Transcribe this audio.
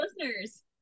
listeners